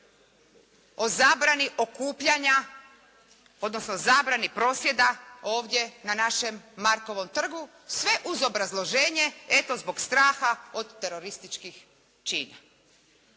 o zabrani okupljanja, odnosno zabrani prosvjeda ovdje na našem Markovom trgu sve uz obrazloženje eto zbog straha od terorističkih čina.